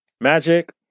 magic